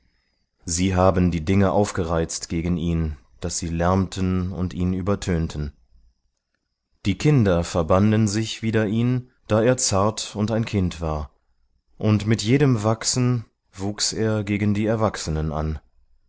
sie haben die dinge aufgereizt gegen ihn daß sie lärmten und ihn übertönten die kinder verbanden sich wider ihn da er zart und ein kind war und mit jedem wachsen wuchs er gegen die erwachsenen an